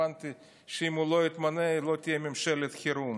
הבנתי שאם שהוא לא יתמנה, לא תהיה ממשלת חירום.